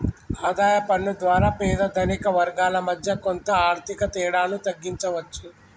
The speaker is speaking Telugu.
ఆదాయ పన్ను ద్వారా పేద ధనిక వర్గాల మధ్య కొంత ఆర్థిక తేడాను తగ్గించవచ్చు